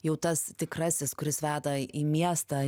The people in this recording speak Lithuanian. jau tas tikrasis kuris veda į miestą